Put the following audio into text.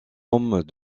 hommes